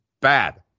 bad